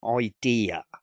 idea